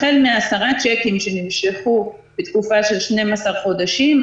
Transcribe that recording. החל מ-10 צ'קים שנמשכו בתקופה של 12 חודשים,